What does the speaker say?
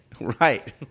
Right